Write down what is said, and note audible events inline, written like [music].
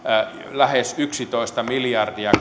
lähes yksitoista miljardia [unintelligible]